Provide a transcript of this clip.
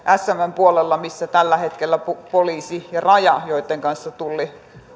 smn puolella missä ovat tällä hetkellä poliisi ja raja joitten kanssa tulli